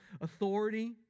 authority